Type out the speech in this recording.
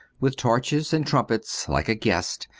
with torches and trumpets, like a guest,